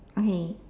okay